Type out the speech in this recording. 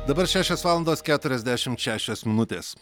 dabar šešios valandos keturiasdešimt šešios minutės